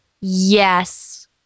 yes